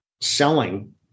selling